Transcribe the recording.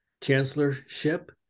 chancellorship